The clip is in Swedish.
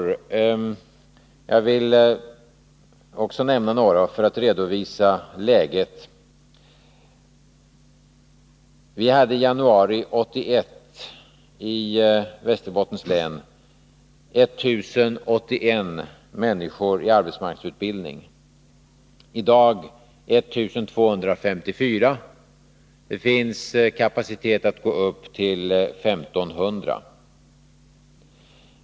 Också jag vill nämna några för att redovisa läget. Vi hade i januari 1981 i Västerbottens län 1 081 människor i arbetsmarknadsutbildning. I dag har vi 1254. Det finns kapacitet för att nå upp till 1500.